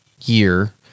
year